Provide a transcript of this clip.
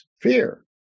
fear